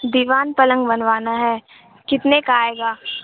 دیوان پلنگ بنوانا ہے کتنے کا آئے گا